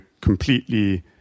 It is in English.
completely